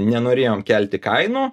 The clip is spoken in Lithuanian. nenorėjom kelti kainų